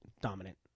dominant